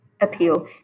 appeal